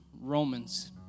Romans